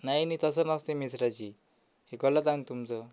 नाही नाही तसं नसतं मिश्राजी हे गलत आहे ना तुमचं